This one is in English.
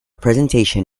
presentation